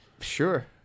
Sure